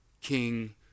king